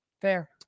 Fair